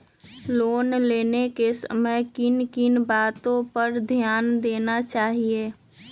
Loan लेने के समय किन किन वातो पर ध्यान देना चाहिए?